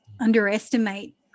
underestimate